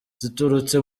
ziturutse